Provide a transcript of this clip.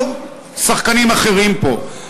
או שחקנים אחרים פה?